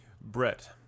Brett